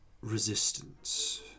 resistance